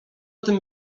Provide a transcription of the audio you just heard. tym